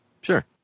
sure